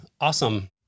Awesome